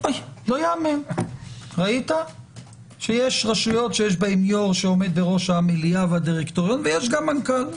הגם שיש גם יו"ר וגם מנכ"ל.